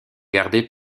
gardés